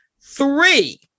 three